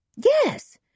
Yes